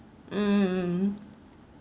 mm